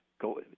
go